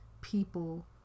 people